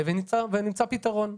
ונמצא פתרון.